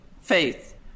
faith